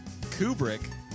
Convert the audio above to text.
Kubrick